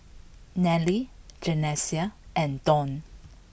Nelly Janessa and Dawn